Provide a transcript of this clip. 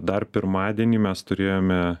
dar pirmadienį mes turėjome